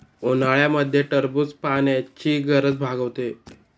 उन्हाळ्यामध्ये टरबूज पाण्याची गरज भागवते